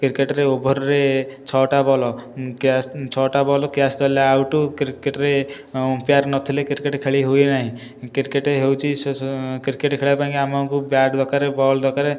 କ୍ରିକେଟରେ ଓଭରରେ ଛ'ଟା ବଲ ଛ'ଟା ବଲ କ୍ୟାଚ ଧରିଲେ ଆଉଟ କ୍ରିକେଟରେ ଅମ୍ପାୟାର ନଥିଲେ କ୍ରିକେଟ ଖେଳି ହୁଏନାହିଁ କ୍ରିକେଟ ହେଉଛି କ୍ରିକେଟ ଖେଳିବା ପାଇଁକି ଆମକୁ ବ୍ୟାଟ ଦରକାର ବଲ ଦରକାର